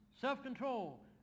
self-control